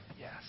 yes